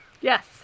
Yes